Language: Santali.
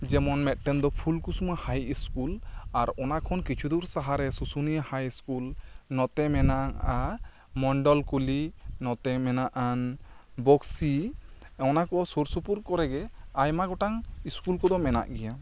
ᱡᱮᱢᱚᱱ ᱢᱤᱫᱴᱟᱝ ᱫᱚ ᱯᱷᱩᱞᱠᱩᱥᱢᱟ ᱦᱟᱭ ᱤᱥᱠᱩᱞ ᱟᱨ ᱚᱱᱟ ᱠᱷᱚᱱ ᱠᱤᱪᱷᱩ ᱫᱩᱨ ᱥᱟᱦᱟᱨ ᱨᱮ ᱥᱩᱥᱩᱱᱤᱭᱟᱹ ᱦᱟᱭ ᱤᱥᱠᱩᱞ ᱱᱚᱛᱮ ᱢᱮᱱᱟᱜᱼᱟ ᱢᱚᱱᱰᱚᱞ ᱠᱩᱞᱤ ᱱᱚᱛᱮ ᱢᱮᱱᱟᱜᱼᱟ ᱵᱚᱠᱥᱤ ᱚᱱᱟ ᱠᱚ ᱥᱩᱨ ᱥᱩᱯᱩᱨ ᱠᱚᱨᱮ ᱜᱮ ᱟᱭᱢᱟ ᱜᱚᱴᱟᱝ ᱤᱥᱠᱩᱞ ᱠᱚᱫᱚ ᱢᱮᱱᱟᱜ ᱜᱮᱭᱟ